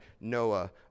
Noah